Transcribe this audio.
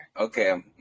Okay